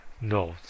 No